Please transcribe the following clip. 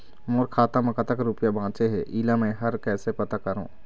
मोर खाता म कतक रुपया बांचे हे, इला मैं हर कैसे पता करों?